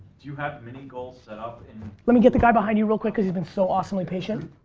do you have many goals set up in let me get the guy behind you real quick because he's been so awesomely patient.